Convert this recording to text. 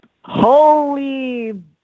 Holy